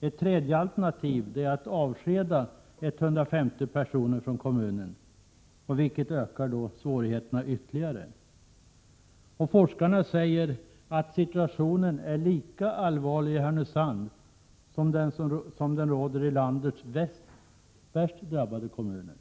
Ett tredje alternativ är att avskeda 150 personer från kommunen, vilket ökar svårigheterna ytterligare. Forskarna säger att situationen i Härnösand är lika allvarlig som den som råder i landets värst drabbade kommuner.